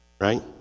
right